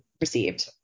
received